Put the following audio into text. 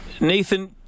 Nathan